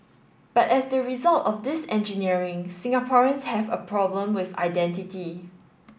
but as the result of this engineering Singaporeans have a problem with identity